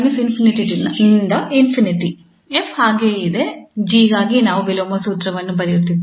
𝑓 ಹಾಗೆಯೇ ಇದೆ 𝑔 ಗಾಗಿ ನಾವು ವಿಲೋಮ ಸೂತ್ರವನ್ನು ಬರೆಯುತ್ತಿದ್ದೇವೆ